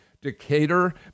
decatur